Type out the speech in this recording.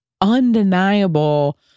undeniable